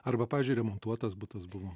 arba pavyzdžiui remontuotas butas buvo